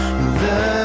Love